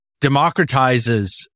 democratizes